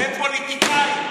הם פוליטיקאים.